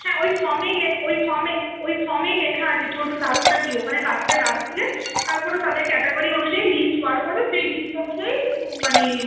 হ্যাঁ ওই ফর্মেই লেখ ওই ফমেই ওই ফর্মেই লেখা আছে তোর কাস্টটা কী ওখানে কাস্টে দাগ দিলে তারপরে তাদের ক্যাটেগরি অনুযায়ী লিস্ট বার করবে সেই লিস্ট অনুযায়ী মানে